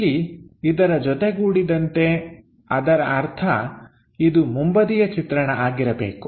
ಇಲ್ಲಿ ಇದರ ಜೊತೆಗೂಡಿದಂತೆ ಅದರ ಅರ್ಥ ಇದು ಮುಂಬದಿಯ ಚಿತ್ರಣ ಆಗಿರಬೇಕು